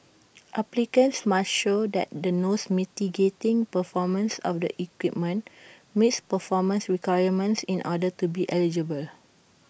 applicants must show that the nose mitigating performance of the equipment meets performance requirements in order to be eligible